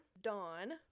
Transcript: Dawn